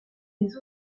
des